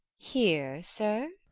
here, sir?